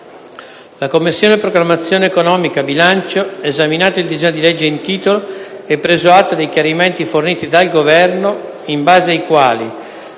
«La Commissione programmazione economica, bilancio, esaminato il disegno di legge in titolo e preso atto dei chiarimenti forniti dal Governo, in base ai quali: